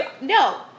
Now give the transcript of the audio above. no